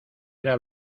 era